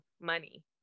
money